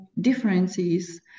differences